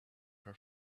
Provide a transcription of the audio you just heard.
her